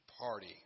Party